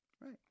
right